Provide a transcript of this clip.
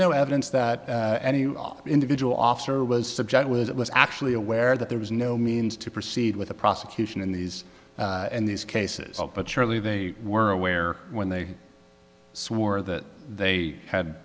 no evidence that any individual officer was subject was it was actually aware that there was no means to proceed with a prosecution in these in these cases but surely they were aware when they swore that they had